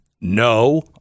no